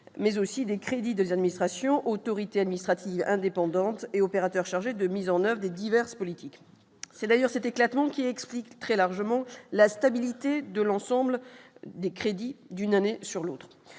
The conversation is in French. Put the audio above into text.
mais aussi les crédits des administrations, autorité administrative indépendante et opérateurs chargés de mise en 9 des diverses politiques c'est d'ailleurs cet éclatement qui explique très largement la stabilité de l'ensemble des crédits d'une année sur l'autre,